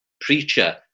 preacher